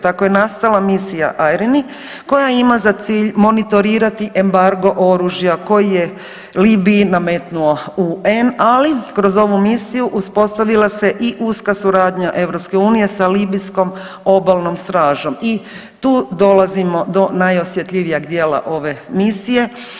Tako je nastala misija „IRINI“ koja ima za cilj monitorirati embargo oružja koji je Libiji nametnuo UN, ali kroz ovu misiju uspostavila se i uska suradnja EU sa libijskom obalnom stražom i tu dolazimo do najosjetljivijeg dijela ove misije.